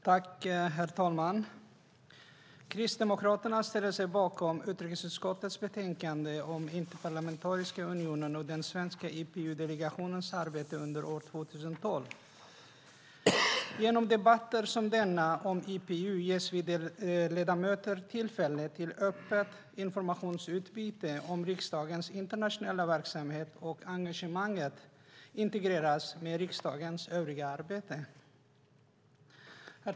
Herr talman! Kristdemokraterna ställer sig bakom utrikesutskottets betänkande om Interparlamentariska unionens och den svenska IPU-delegationens arbete under år 2012. Genom debatter som denna om IPU ges vi ledamöter tillfälle till öppet informationsutbyte om hur riksdagens internationella verksamhet och engagemang integreras i riksdagens övriga arbete.